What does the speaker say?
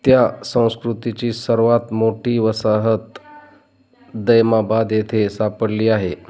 त्या संस्कृतीची सर्वात मोठी वसाहत दैमाबाद येथे सापडली आहे